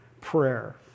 prayer